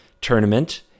tournament